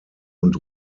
und